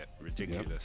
ridiculous